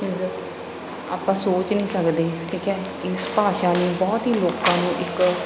means ਆਪਾਂ ਸੋਚ ਨਹੀਂ ਸਕਦੇ ਠੀਕ ਹੈ ਇਸ ਭਾਸ਼ਾ ਨੂੰ ਬਹੁਤ ਹੀ ਲੋਕਾਂ ਨੂੰ ਇੱਕ